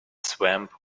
swamp